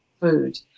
food